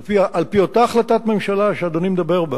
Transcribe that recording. על-פי אותה החלטת ממשלה שאדוני מדבר בה